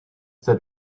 that